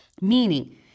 meaning